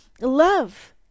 Love